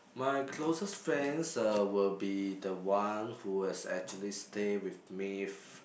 my closest friends uh will be the one who has actually stay with me